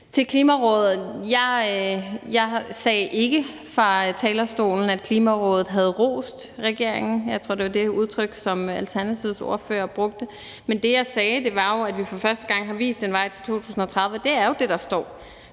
til Klimarådet vil jeg sige, at jeg ikke sagde fra talerstolen, at Klimarådet havde rost regeringen – jeg tror, det var det udtryk, som Alternativets ordfører brugte – men det, jeg sagde, var, at vi for første gang har vist en vej til 2030. Og det er jo det, der står.